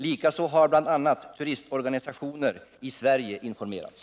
Likaså har bl.a. turistorganisationer i Sverige informerats.